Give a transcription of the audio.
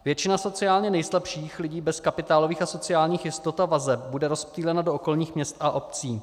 Většina sociálně nejslabších lidí bez kapitálových a sociálních jistot a vazeb bude rozptýlena do okolních měst a obcí.